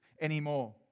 anymore